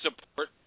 support